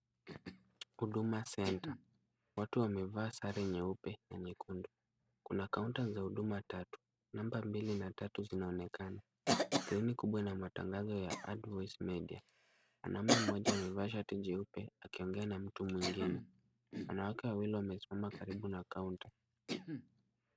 Huduma Centre. Watu wamevaa sare nyeupe na nyekundu. Kuna kaunta za huduma tatu. Number mbili na tatu zinaonekana. Skrini kubwa ina matangazo ya Advoicemedia. Mwanaume mmoja amevaa shati jeupe akiongea na mtu mwingine. Wanawake wawili wamesimama karibu na kaunta.